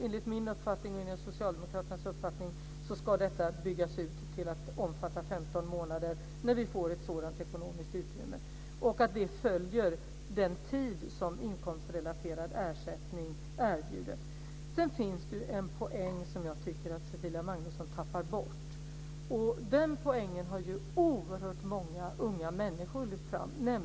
Enligt min och Socialdemokraternas uppfattning ska detta byggas ut till att omfatta 15 månader när vi får ett sådant ekonomiskt utrymme. Vi följer den tid som inkomstrelaterad ersättning erbjuder. Sedan finns det en poäng som jag tycker att Cecilia Magnusson tappar bort. Den poängen har oerhört många unga människor lyft fram.